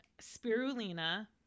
spirulina